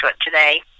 today